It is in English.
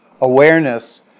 awareness